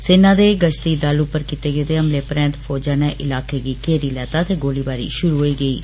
सेना दे गश्ती दल उप्पर कीते गेदे हमले परैंत फौजे नै इलाकें गी घेरी लैता ते गोलीबारी शुरू होई गेई ही